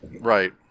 Right